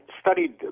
studied